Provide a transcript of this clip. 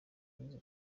inzu